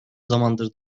zamandır